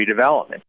redevelopment